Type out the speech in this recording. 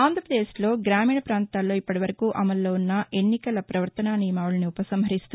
ఆంధ్రప్రదేశ్లో గ్రామీణ ప్రాంతాల్లో ఇప్పటి వరకు అమలులో ఉన్న ఎన్నికల ప్రవర్తనా నియమావళిని ఉపసంహరిస్తూ